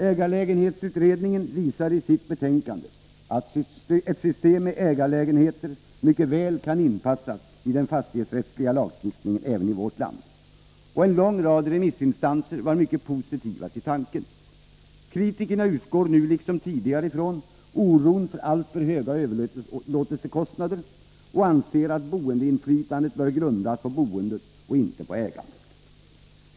Ägarlägenhetsutredningen visade i sitt betänkande att ett system med ägarlägenheter mycket väl kan inpassas i den fastighetsrättsliga lagstiftningen även i vårt land, och en lång rad remissinstanser var mycket positiva till tanken. Kritikerna utgår nu liksom tidigare från oron för alltför höga överlåtelsekostnader och anser att boendeinflytandet bör grundas på boendet och inte på ägandet.